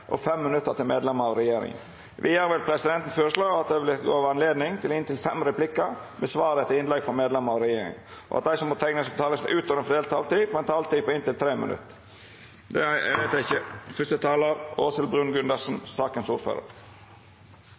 og 5 minutt til medlemer av regjeringa. Vidare vil presidenten føreslå at det vert gjeve anledning til fem replikkar med svar etter innlegg frå medlemer av regjeringa, og at dei som måtte teikna seg på talarlista utover den fordelte taletida, har ei taletid på inntil 3 minutt. – Det er vedteke.